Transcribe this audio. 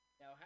Now